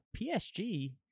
PSG